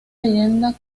leyenda